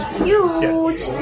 huge